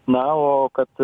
na o kad